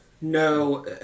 No